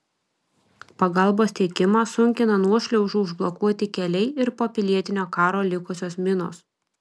pagalbos tiekimą sunkina nuošliaužų užblokuoti keliai ir po pilietinio karo likusios minos